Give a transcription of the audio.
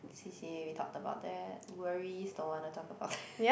C_C_A we talked about that worries don't want to talk about that